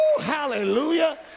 hallelujah